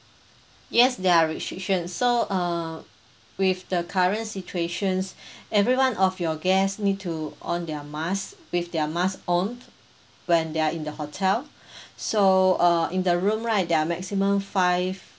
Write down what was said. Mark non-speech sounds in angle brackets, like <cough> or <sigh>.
yes there are restrictions so err with the current situations <breath> everyone of your guest need to on their mask with their mask on when they're in the hotel <breath> so uh in the room right there are maximum five